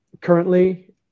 currently